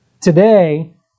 Today